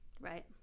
Right